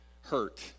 hurt